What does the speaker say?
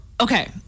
okay